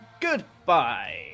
Goodbye